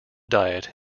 diet